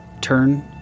turn